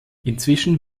inzwischen